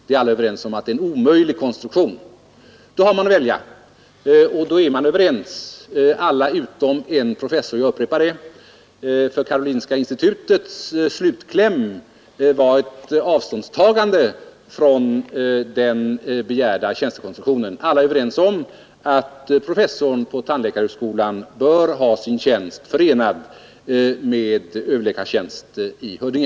Vi är alla överens om att det är en omöjlig konstruktion. Då har man att välja, och då är alla utom en professor överens om att professorn på tandläkarhögskolan bör ha sin tjänst förenad med överläkartjänst i Huddinge.